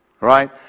Right